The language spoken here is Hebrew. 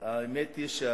האמת היא,